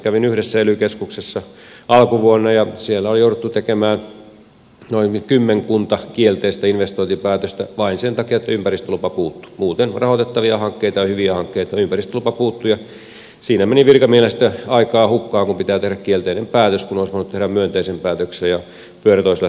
kävin yhdessä ely keskuksessa alkuvuonna ja siellä oli jouduttu tekemään noin kymmenkunta kielteistä investointipäätöstä vain sen takia että ympäristölupa puuttui muuten rahoitettavia hankkeita ja hyviä hankkeita mutta ympäristölupa puuttui ja siinä meni virkamiehillä sitten aikaa hukkaan kun piti tehdä kielteinen päätös kun olisi voinut tehdä myönteisen päätöksen ja pyörät olisivat lähteneet pyörimään